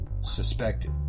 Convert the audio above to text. suspected